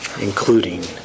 including